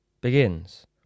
begins